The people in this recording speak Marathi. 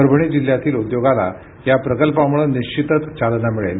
परभणी जिल्ह्यातील उद्योगाला या प्रकल्पामुळे निश्चीतच चालना मिळेल